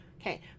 Okay